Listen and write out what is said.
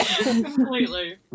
completely